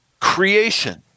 creation